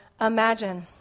imagine